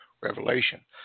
revelation